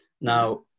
Now